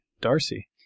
darcy